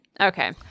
Okay